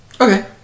Okay